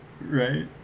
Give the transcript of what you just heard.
Right